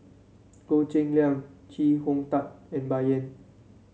Goh Cheng Liang Chee Hong Tat and Bai Yan